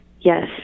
Yes